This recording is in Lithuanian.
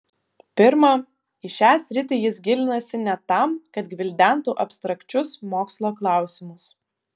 pirma į šią sritį jis gilinasi ne tam kad gvildentų abstrakčius mokslo klausimus